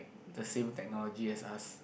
the same technology as us